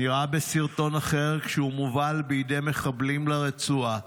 נראה בסרטון אחר כשהוא מובל בידי מחבלים לרצועה,